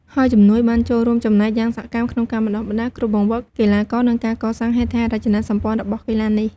ហើយជំនួយ បានចូលរួមចំណែកយ៉ាងសកម្មក្នុងការបណ្តុះបណ្តាលគ្រូបង្វឹក កីឡាករ និងការកសាងហេដ្ឋារចនាសម្ព័ន្ធរបស់កីឡានេះ។